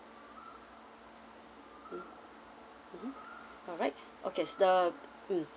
alright okay the mm